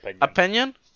Opinion